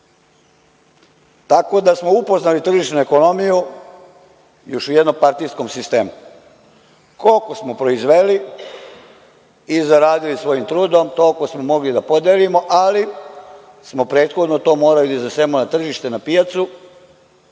tako da smo upoznali tržišnu ekonomiju još u jednopartijskom sistemu. Koliko smo proizveli i zaradili svojim trudom, toliko smo mogli i da podelimo, ali smo prethodno to morali da iznesemo na tržište, na pijacu,